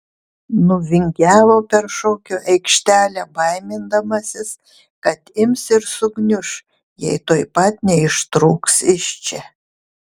nuvingiavo per šokių aikštelę baimindamasis kad ims ir sugniuš jei tuoj pat neištrūks iš čia